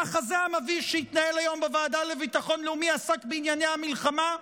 המחזה המביש שהתנהל היום בוועדה לביטחון לאומי עסק בענייני המלחמה?